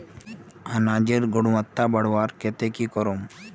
अनाजेर गुणवत्ता बढ़वार केते की करूम?